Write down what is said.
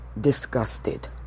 disgusted